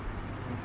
I don't know ah